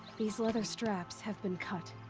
these leather straps have been cut.